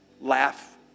Laugh